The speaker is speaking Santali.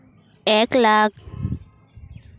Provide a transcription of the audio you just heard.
ᱮᱠ ᱞᱟᱠᱷ